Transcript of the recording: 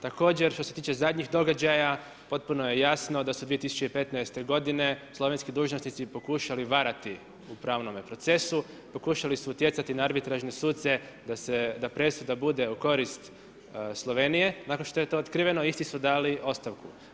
Također što se tiče zadnjih događaja potpuno je jasno da su 2015. slovenski dužnosnici pokušali varati u pravnome procesu, pokušali su utjecati na arbitražne suce da se, da presuda bude u korist Slovenije, nakon što je to otkriveno, isti su dali ostavku.